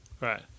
right